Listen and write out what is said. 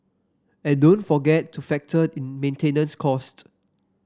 and don't forget to factor in maintenance cost